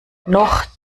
noch